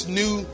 new